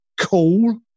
cool